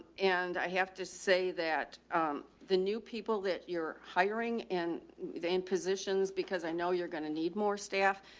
and i have to say that the new people that you're hiring and the in positions, because i know you're going to need more staff.